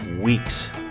weeks